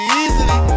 easily